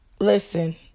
listen